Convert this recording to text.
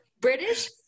British